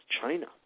China